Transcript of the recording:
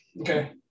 Okay